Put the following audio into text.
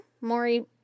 Maury